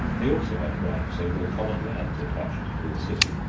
they also had rights over the common lands attached to the city,